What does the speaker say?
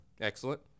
Excellent